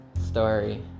story